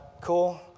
cool